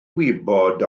wybod